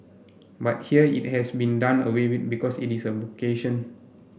but here it has been done away with because it is a vocation